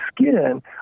skin